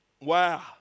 Wow